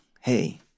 hey